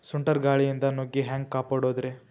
ಸುಂಟರ್ ಗಾಳಿಯಿಂದ ನುಗ್ಗಿ ಹ್ಯಾಂಗ ಕಾಪಡೊದ್ರೇ?